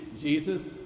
Jesus